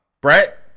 Brett